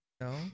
No